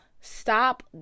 Stop